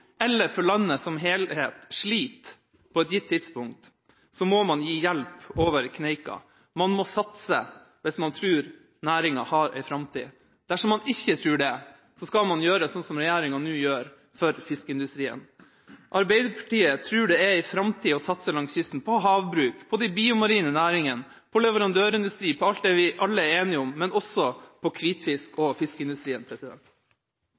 eller for landet som helhet, sliter på et gitt tidspunkt, må man gi hjelp over kneika. Man må satse hvis man tror næringa har en framtid. Dersom man ikke tror det, skal man gjøre sånn som regjeringa nå gjør for fiskeindustrien. Arbeiderpartiet tror det er en framtid i å satse langs kysten, på havbruk, på de biomarine næringene, på leverandørindustri, på alt det vi alle er enige om, men også på